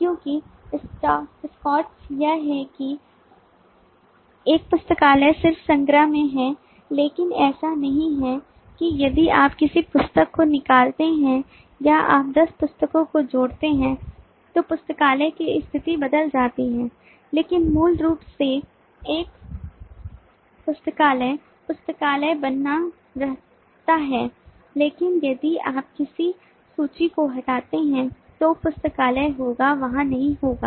क्योंकि स्कॉट्स यह है कि एक पुस्तकालय सिर्फ संग्रह में है लेकिन ऐसा नहीं है कि यदि आप किसी पुस्तक को निकालते हैं या आप 10 पुस्तकों को जोड़ते हैं तो पुस्तकालय की स्थिति बदल जाती है लेकिन मूल रूप से एक पुस्तकालय पुस्तकालय बना रहता है लेकिन यदि आप किसी सूची को हटाते हैं तो पुस्तकालय होगा वहां नहीं होगा